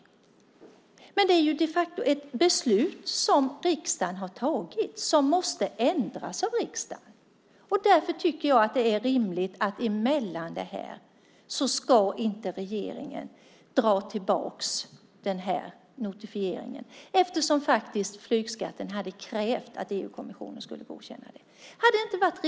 Men det är de facto ett beslut som riksdagen har tagit som måste ändras av riksdagen. Därför tycker jag att det är rimligt att regeringen inte går emellan och drar tillbaka notifieringen. Det hade krävts att EU-kommissionen skulle godkänna detta med flygskatten.